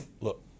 look